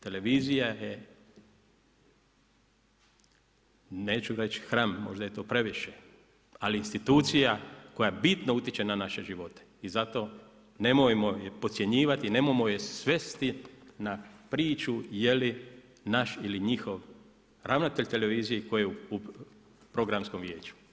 Televizija je neću reći hram, možda je to previše, ali institucija koja bitno utječe na naše živote i zato nemojmo je podcjenjivati i nemojmo je svesti na priču je li naš ili njihov ravnatelj Televizije i tko je u Programskom vijeću.